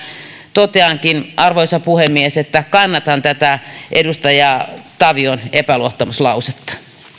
toteankin arvoisa puhemies että kannatan tätä edustaja tavion epäluottamuslausetta